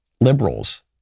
liberals